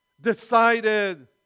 decided